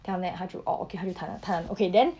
then after that 他就 orh okay 他就弹了弹了 okay then